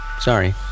Sorry